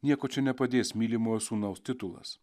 nieko čia nepadės mylimojo sūnaus titulas